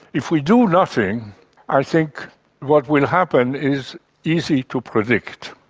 if we do nothing i think what will happen is easy to predict.